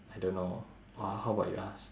I don't know or how about you ask